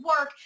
work